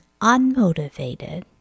unmotivated